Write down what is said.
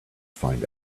find